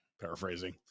Paraphrasing